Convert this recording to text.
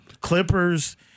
Clippers